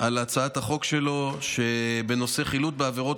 על הצעת החוק שלו בנושא חילוט בעבירות